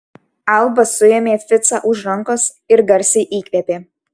alba suėmė ficą už rankos ir garsiai įkvėpė